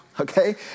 okay